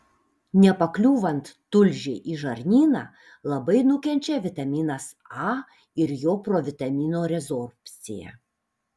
nepakliūvant tulžiai į žarnyną labai nukenčia vitaminas a ir jo provitamino rezorbcija